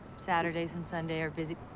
saturdays and sunday are busy.